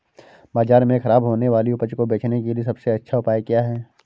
बाज़ार में खराब होने वाली उपज को बेचने के लिए सबसे अच्छा उपाय क्या हैं?